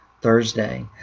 Thursday